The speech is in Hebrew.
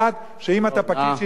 גם אם אתה שופט או פרקליט,